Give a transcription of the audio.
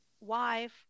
wife